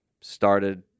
started